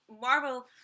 Marvel